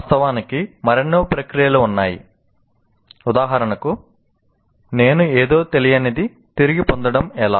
వాస్తవానికి మరెన్నో ప్రక్రియలు ఉన్నాయి ఉదాహరణకు 'నేను ఏదో తెలియనిది తిరిగి పొందడం ఎలా